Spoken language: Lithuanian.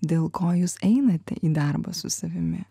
dėl ko jūs einate į darbą su savimi